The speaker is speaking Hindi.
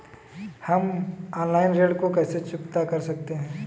हम ऑनलाइन ऋण को कैसे चुकता कर सकते हैं?